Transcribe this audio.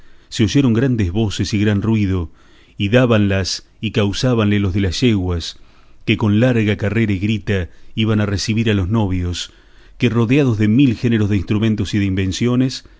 se oyeron grandes voces y gran ruido y dábanlas y causábanle los de las yeguas que con larga carrera y grita iban a recebir a los novios que rodeados de mil géneros de instrumentos y de invenciones